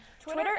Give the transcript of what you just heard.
Twitter